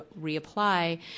reapply